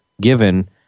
given